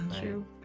true